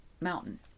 mountain